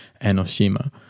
enoshima